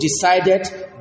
decided